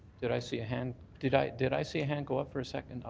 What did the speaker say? did i see a hand? did i did i see a hand go up for a second? oh,